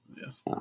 Yes